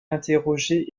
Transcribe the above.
interrogée